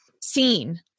seen